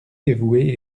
dévouée